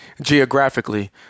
geographically